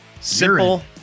Simple